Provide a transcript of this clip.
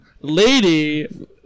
Lady